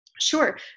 Sure